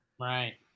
Right